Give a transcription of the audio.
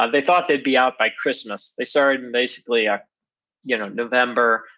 ah they thought they'd be out by christmas, they started in basically ah you know november,